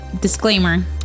disclaimer